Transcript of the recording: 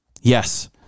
Yes